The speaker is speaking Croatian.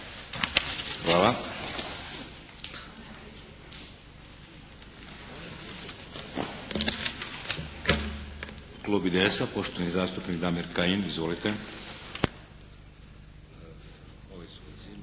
Hvala. Klub IDS-a poštovani zastupnik Damir Kajin. Izvolite.